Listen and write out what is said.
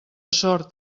sort